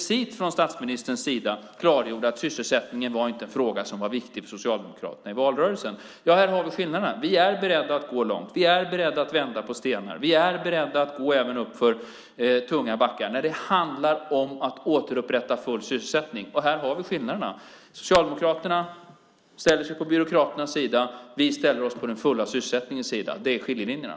Statsministern klargjorde explicit att sysselsättningen inte var en fråga som var viktig för Socialdemokraterna i valrörelsen. Här har vi skillnaderna. Vi är beredda att gå långt. Vi är beredda att vända på stenar. Vi är beredda att gå uppför tunga backar. Det handlar om att återupprätta full sysselsättning. Här har vi skillnaderna. Socialdemokraterna ställer sig på byråkraternas sida. Vi ställer oss på den fulla sysselsättningens sida. Där går skiljelinjerna.